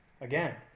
again